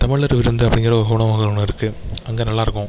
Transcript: தமிழர் விருந்து அப்படிங்கிற உணவகம் ஒன்று இருக்கு அங்கே நல்லாயிருக்கும்